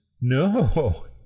No